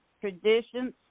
traditions